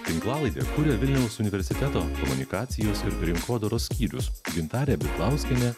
tinklalaidę kuria vilniaus universiteto komunikacijos ir rinkodaros skyrius gintarė bidlauskienė